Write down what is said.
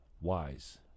wise